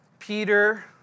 Peter